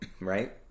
right